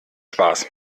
spaß